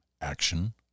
action